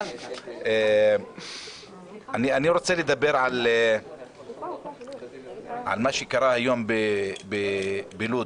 אני רוצה לדבר על מה שקרה היום בלוד.